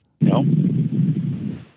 No